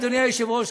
אדוני היושב-ראש,